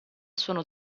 sono